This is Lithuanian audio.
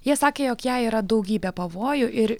jie sakė jog jai yra daugybė pavojų ir